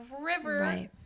river